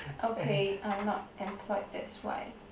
okay I'm not employed that's why